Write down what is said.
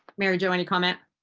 mary jo. any comment?